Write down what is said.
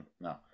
No